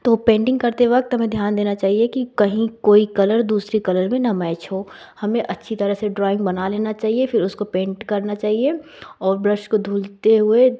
तो पेंटिग करते वक़्त हमें ध्यान देना चाहिए कि कहीं कोई कलर दूसरे कलर में ना मैच हो हमें अच्छी तरह से ड्राइंग बना लेना चाहिए फ़िर उसको पेंट करना चाहिए और ब्रश को धुलते हुए